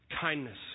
Kindness